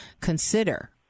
consider